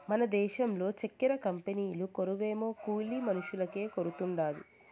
మన దేశంల చక్కెర కంపెనీకు కొరవేమో కూలి మనుషులకే కొరతుండాది